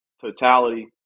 totality